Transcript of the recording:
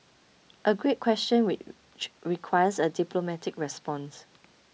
a great question which requires a diplomatic response